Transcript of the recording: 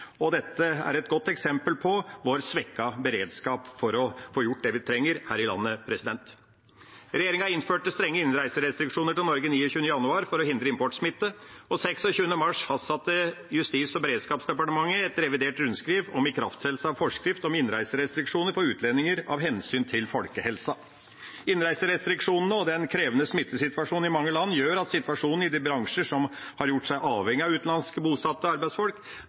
og dette er et godt eksempel på vår svekkede beredskap for å få gjort det vi trenger her i landet. Regjeringa innførte 29. januar strenge innreiserestriksjoner til Norge for å hindre importsmitte, og 26. mars fastsatte Justis- og beredskapsdepartementet et revidert rundskriv om ikrafttredelse av forskrift om innreiserestriksjoner for utlendinger av hensyn til folkehelsa. Innreiserestriksjonene og den krevende smittesituasjonen i mange land gjør at situasjonen i de bransjer som har gjort seg avhengig av utenlands bosatte arbeidsfolk,